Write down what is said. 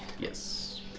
Yes